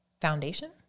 foundation